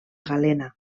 galena